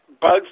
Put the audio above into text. Bugs